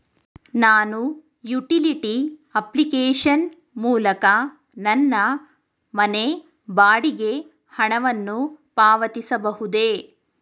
ನಾನು utility application ಮೂಲಕ ನನ್ನ ಮನೆ ಬಾಡಿಗೆ ಹಣವನ್ನು ಪಾವತಿಸಬಹುದೇ?